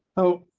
oh,